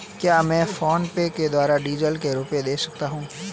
क्या मैं फोनपे के द्वारा डीज़ल के रुपए दे सकता हूं?